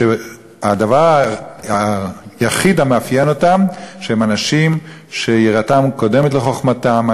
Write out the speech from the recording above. שהדבר היחיד המאפיין אותם הוא שהם אנשים שיראתם קודמת לחוכמתם,